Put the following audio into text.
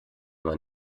man